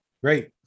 Great